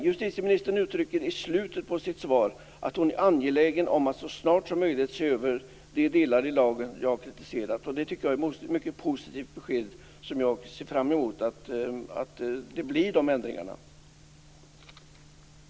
Justitieministern uttrycker i slutet av sitt svar att hon är angelägen om att så snart som möjligt se över de delar i lagen som jag har kritiserat, och det tycker jag är ett mycket positivt besked. Jag ser fram emot att de ändringarna kommer till stånd.